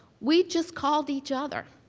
we just called each other.